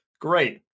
Great